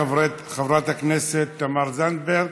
תודה לחברת הכנסת תמר זנדברג.